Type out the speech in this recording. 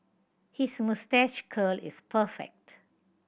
his moustache curl is perfect